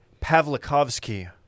Pavlikovsky